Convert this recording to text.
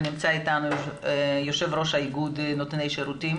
ונמצא אתנו יושב ראש איגוד נותני השירותים